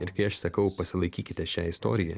ir kai aš sakau pasilaikykite šią istoriją